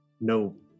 No